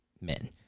men